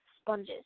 sponges